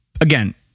again